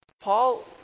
Paul